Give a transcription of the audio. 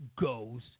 goes